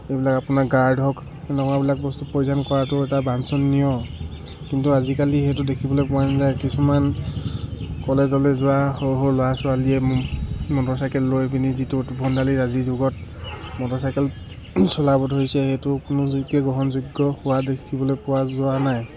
এইবিলাক আপোনাৰ গাৰ্ড হওক এনেকুৱাবিলাক বস্তু পৰিধান কৰাটো এটা বাঞ্চণীয় কিন্তু আজিকালি সেইটো দেখিবলৈ পোৱা নাযায় কিছুমান কলেজলে যোৱা সৰু সৰু ল'ৰা ছোৱালীয়ে মটৰ চাইকেল লৈ পিনি যিটো উদ্ভণ্ডালী আজিৰ যুগত মটৰ চাইকেল চলাব ধৰিছে সেইটো কোনোপধ্যে গ্ৰহণযোগ্য হোৱা দেখিবলৈ পোৱা যোৱা নাই